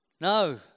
no